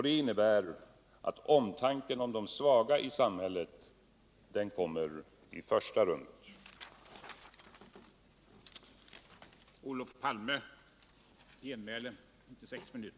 Det innebär att omtanken om de svaga i samhället kommer i första rummet.